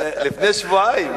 לפני שבועיים,